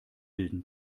bilden